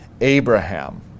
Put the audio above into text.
Abraham